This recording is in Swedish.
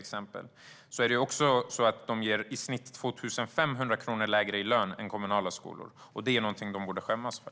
Dessutom ger de i snitt 2 500 kronor lägre lön än kommunala skolor, och det är något som de borde skämmas för.